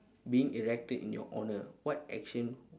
being erected in your honour what action